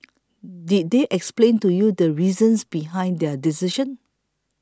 did they explain to you the reasons behind their decision